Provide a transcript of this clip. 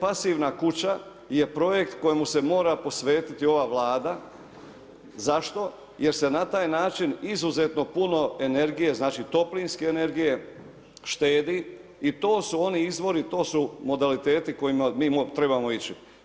Pasivna kuća je projekt kojemu se mora posvetiti ova Vlada, zašto, jer se na taj način izuzetno puno energije, znači toplinske energije štedi i to su oni izvori to su modaliteti kojima mi trebamo ići.